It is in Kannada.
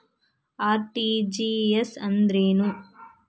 ಆರ್.ಟಿ.ಜಿ.ಎಸ್ ಅಂದ್ರೇನು?